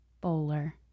Bowler